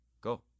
go